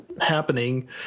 happening